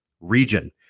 region